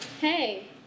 Hey